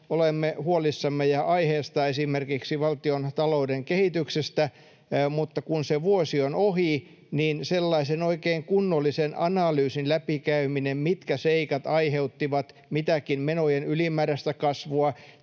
olemme huolissamme, ja aiheesta, esimerkiksi valtion talouden kehityksestä, mutta kun vuosi on ohi, niin sellaiseen oikein kunnolliseen analyysin läpikäymiseen — mitkä seikat aiheuttivat mitäkin menojen ylimääräistä kasvua,